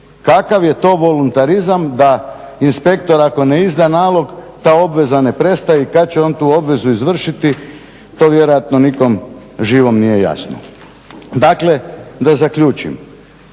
Kakav je to voluntarizam da inspektor ako ne izda nalog ta obveza ne prestaje i kada će on tu obvezu izvršiti to vjerojatno nikom živom nije jasno. Dakle, da zaključim.